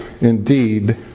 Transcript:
indeed